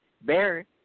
Barry